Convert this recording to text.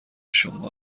شما